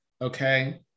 Okay